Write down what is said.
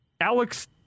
Alex